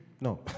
No